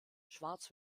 schwarz